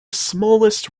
smallest